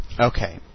Okay